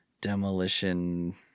demolition